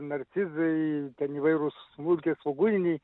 narcizai ten įvairūs smulkiasvogūniniai